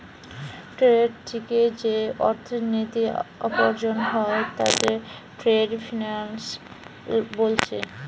trade থিকে যেই অর্থনীতি উপার্জন হয় তাকে ট্রেড ফিন্যান্স বোলছে